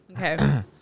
Okay